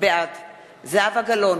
בעד זהבה גלאון,